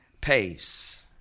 pace